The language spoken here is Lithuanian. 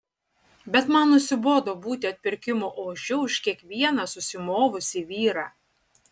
bet man nusibodo būti atpirkimo ožiu už kiekvieną susimovusį vyrą